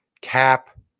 cap